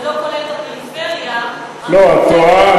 זה לא כולל את הפריפריה, לא, את טועה.